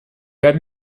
как